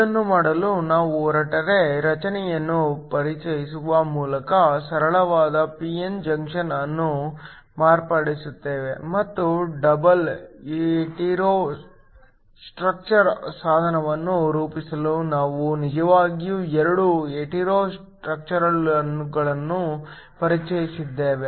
ಇದನ್ನು ಮಾಡಲು ನಾವು ಹೆಟೆರೋ ರಚನೆಯನ್ನು ಪರಿಚಯಿಸುವ ಮೂಲಕ ಸರಳವಾದ p n ಜಂಕ್ಷನ್ ಅನ್ನು ಮಾರ್ಪಡಿಸುತ್ತೇವೆ ಮತ್ತು ಡಬಲ್ ಹೆಟೀರೋ ಸ್ಟ್ರಕ್ಚರ್ ಸಾಧನವನ್ನು ರೂಪಿಸಲು ನಾವು ನಿಜವಾಗಿಯೂ 2 ಹೆಟೆರೋ ಸ್ಟ್ರಕ್ಚರ್ಗಳನ್ನು ಪರಿಚಯಿಸಿದ್ದೇವೆ